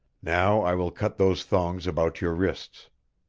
now i will cut those thongs about your wrists.